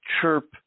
chirp